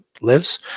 lives